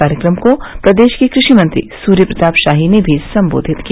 कार्यक्रम को प्रदेश के कृषि मंत्री सूर्य प्रताप शाही ने भी संबोधित किया